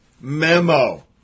memo